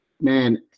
man